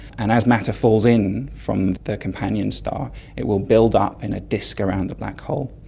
and as matter falls in from the companion star it will build up in a disk around the black hole.